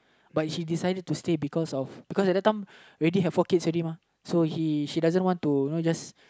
but she decided to stay because of because at that time already have four kids already uh so he so she didn't want to you know just